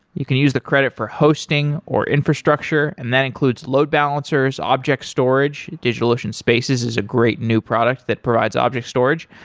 you can use the credit for hosting, or infrastructure, and that includes load balancers, object storage. digitalocean spaces is a great new product that provides object storage,